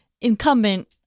incumbent